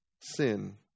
sin